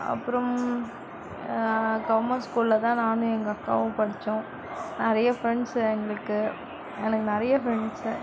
அப்றம் கவுர்மெண்ட் ஸ்கூலில் தான் நானும் எங்க அக்காவும் படிச்சோம் நிறையா ஃபிரண்ட்ஸ் எங்களுக்கு எனக்கு நிறையா ஃபிரண்ட்ஸு